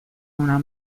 una